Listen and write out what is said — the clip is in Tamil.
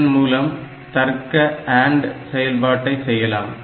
இதன் மூலம் தர்க்க AND செயல்பாட்டை செய்யலாம்